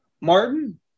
Martin